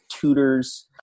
tutors